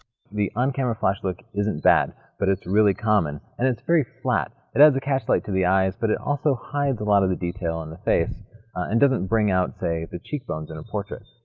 the on-camera flash look isn't bad but it's really common and it's very flat. it adds a catch light to the eyes but it also hides a lot of the detail in the face and doesn't bring out, say, the cheekbones in a portrait.